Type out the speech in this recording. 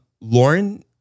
Lauren